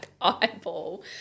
eyeball